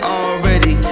already